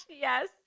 Yes